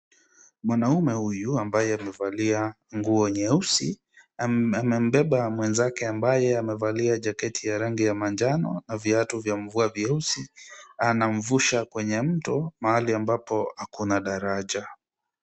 Mwanaume huyu ambaye amevalia nguo nyeusi amembeba mwenzake ambaye amevalia jaketi ya rangi ya manjano na viatu vya mvua vyeusi, anamvusha kwenye mto mahali ambapo hakuna daraja.